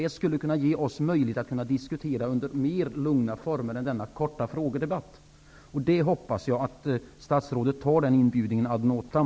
Det skulle ge oss möjlighet att diskutera i lugnare former än under denna korta frågedebatt. Jag hoppas att kommunikationsministern tar denna inbjudan ad notam.